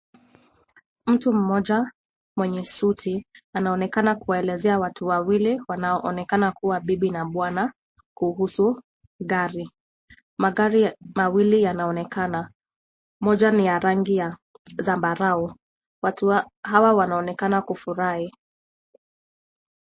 Mtu mmoja mwenye suti anaonekana kuwaelezea watu wawili wanaoonekana kuwa bibi na bwana kuhusu gari. Magari mawili yanaonekana, moja ni ya rangi ya zambarau. Watu hawa wanaonekana kufurahi.